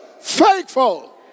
faithful